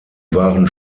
waren